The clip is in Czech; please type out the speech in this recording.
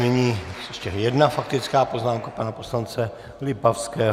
Nyní ještě jedna faktická poznámka pana poslance Lipavského.